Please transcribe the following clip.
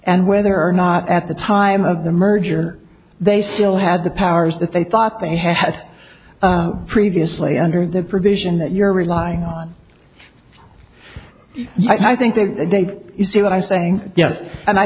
and whether or not at the time of the merger they still had the powers that they thought they had previously under the provision that you're relying on i think to date you see what i'm saying yes and i